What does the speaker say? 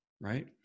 right